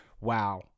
wow